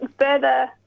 further